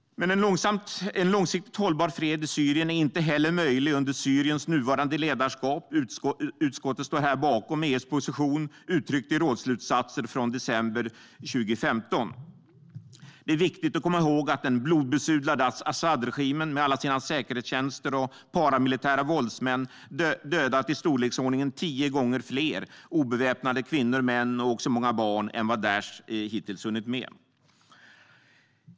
Men en långsiktigt hållbar fred i Syrien är inte heller möjlig under Syriens nuvarande ledarskap. Utskottet står här bakom EU:s position, uttryckt i rådsslutsatser från december 2015. Det är viktigt att komma ihåg att den blodbesudlade Asadregimen, med alla sina säkerhetstjänster och paramilitära våldsmän, har dödat i storleksordningen tio gånger fler obeväpnade kvinnor, män och också många barn än vad Daish hittills har hunnit med.